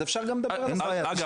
אז אפשר גם לדבר על ה --- אין בעיה,